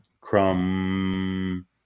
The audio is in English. crumb